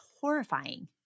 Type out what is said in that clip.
horrifying